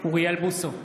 אוריאל בוסו,